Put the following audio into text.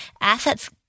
assets